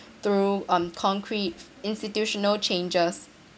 through um concrete institutional changes